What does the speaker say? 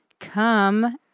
Come